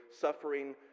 suffering